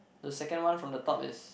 the second one from the top is